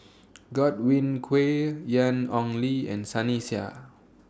Godwin Koay Ian Ong Li and Sunny Sia